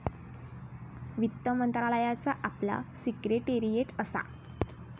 वित्त मंत्रालयाचा आपला सिक्रेटेरीयेट असा